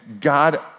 God